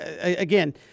again